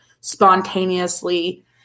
spontaneously